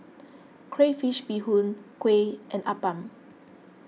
Crayfish BeeHoon Kuih and Appam